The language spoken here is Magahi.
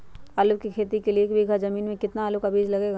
आलू की खेती के लिए एक बीघा जमीन में कितना आलू का बीज लगेगा?